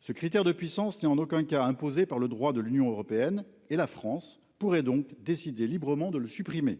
Ce critère de puissance et en aucun cas imposée par le droit de l'Union européenne et la France pourrait donc décider librement de le supprimer.